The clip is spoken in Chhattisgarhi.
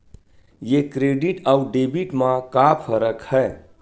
ये क्रेडिट आऊ डेबिट मा का फरक है?